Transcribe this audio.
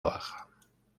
baja